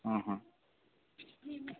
ହଁ ହଁ